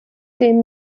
dem